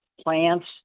plants